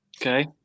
Okay